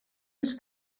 els